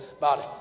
body